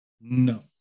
No